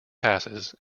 passes